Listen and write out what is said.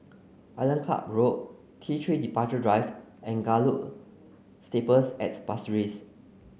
Island Club Road T three Departure Drive and Gallop Stables at Pasir Ris